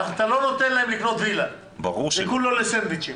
אתה לא נותן להם לקנות וילה, זה כולו לסנדוויצ'ים.